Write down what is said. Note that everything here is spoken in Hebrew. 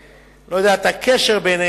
אני לא יודע מה הקשר ביניהם,